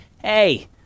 hey